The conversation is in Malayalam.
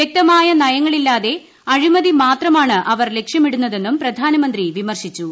വ്യക്തമായ നയങ്ങളില്ലാതെ അഴിമതി മാത്രമാണ് അവർ ലക്ഷ്യമിടുന്നതെന്നും പ്രധാനമന്ത്രി വിമർശിച്ചു